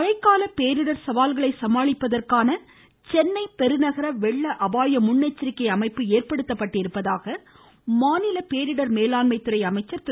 மழைக்கால பேரிடர் சவால்களை சமாளிப்பதற்கான சென்னை பெருநகர வெள்ள அபாய அமைப்பு ஏற்படுத்தப்பட்டிருப்பதாக மாநில பேரிடர் மேலாண்மை துறை அமைச்சர் திரு